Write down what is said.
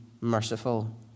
merciful